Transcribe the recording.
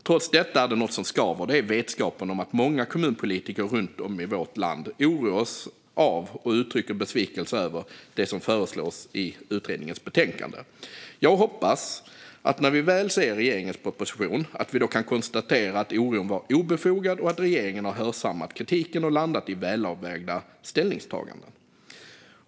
Trots detta är det något som skaver, och det är vetskapen om att många kommunpolitiker runt om i vårt land oroas av och uttrycker besvikelse över det som föreslås i utredningens betänkande. Jag hoppas att vi när vi väl ser regeringens proposition kan konstatera att oron var obefogad och att regeringen har hörsammat kritiken och landat i välavvägda ställningstaganden.